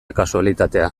kasualitatea